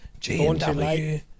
GMW